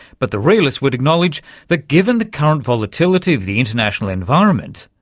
but the realists would acknowledge that given the current volatility of the international environment,